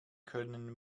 können